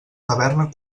taverna